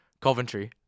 Coventry